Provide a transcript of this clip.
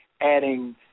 adding